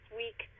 week